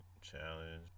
challenge